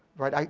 right?